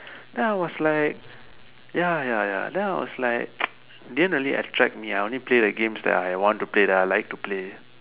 then I was like ya ya ya then I was like it didn't really attract me I only play the games that I want to play that I like to play